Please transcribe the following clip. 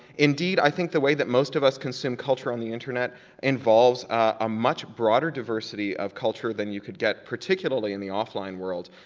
indeed, i think the way that most of us consume culture on the internet involves a much broader diversity of culture than you could get particularly in the offline world,